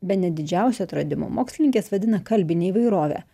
bene didžiausią atradimą mokslininkės vadina kalbinę įvairovę